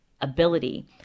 ability